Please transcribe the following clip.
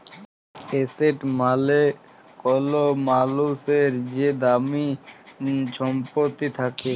asset মালে কল মালুসের যে দামি ছম্পত্তি থ্যাকে